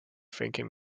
thinking